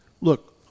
look